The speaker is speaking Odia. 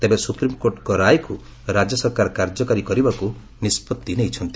ତେବେ ସୁପ୍ରିମ୍କୋର୍ଟଙ୍କ ରାୟକୁ ରାଜ୍ୟ ସରକାର କାର୍ଯ୍ୟକାରୀ କରିବାକୁ ନିଷ୍ପଭି ନେଇଛନ୍ତି